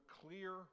clear